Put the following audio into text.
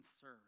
serve